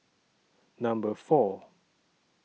Number four